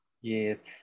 yes